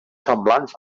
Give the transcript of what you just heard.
semblants